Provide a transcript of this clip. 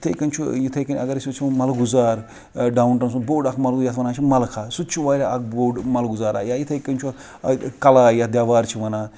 یِتھٕے کٕنۍ چھُ یِتھٕے کٕنۍ اگر أسۍ وٕچھو مَلگُزار ڈاوُن ٹاوُنَس منٛز بوٚڈ اَکھ مَلگُزار یَتھ وَنان چھِ مَلخاہ سُہ تہِ چھُ واریاہ اکھ بوٚڈ مَلگُزار یِتھٕے کٕنۍ چھُ کَلاے یَتھ دیوار چھِ وَنان